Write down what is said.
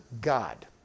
God